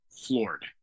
floored